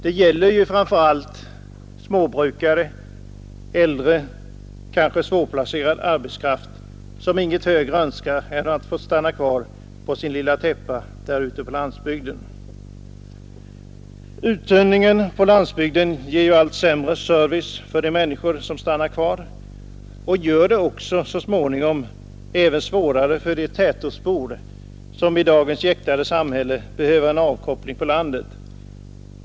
Det gäller ju framför allt småbrukare, äldre, kanske svårplacerad arbetskraft som inget högre önskar än att få stanna kvar på sin lilla täppa där ute på landsbygden. Uttunningen på landsbygden ger allt sämre service för de människor som stannar kvar och gör det också så småningom även svårare för de tätortsbor som i dagens jäktade samhälle behöver en avkoppling på landet.